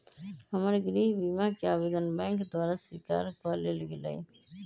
हमर गृह बीमा कें आवेदन बैंक द्वारा स्वीकार कऽ लेल गेलय